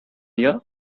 year